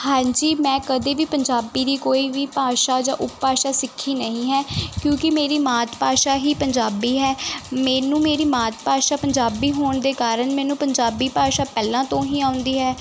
ਹਾਂਜੀ ਮੈਂ ਕਦੇ ਵੀ ਪੰਜਾਬੀ ਦੀ ਕੋਈ ਵੀ ਭਾਸ਼ਾ ਜਾਂ ਉਪ ਭਾਸ਼ਾ ਸਿੱਖੀ ਨਹੀਂ ਹੈ ਕਿਉਂਕਿ ਮੇਰੀ ਮਾਤ ਭਾਸ਼ਾ ਹੀ ਪੰਜਾਬੀ ਹੈ ਮੈਨੂੰ ਮੇਰੀ ਮਾਤ ਭਾਸ਼ਾ ਪੰਜਾਬੀ ਹੋਣ ਦੇ ਕਾਰਨ ਮੈਨੂੰ ਪੰਜਾਬੀ ਭਾਸ਼ਾ ਪਹਿਲਾਂ ਤੋਂ ਹੀ ਆਉਂਦੀ ਹੈ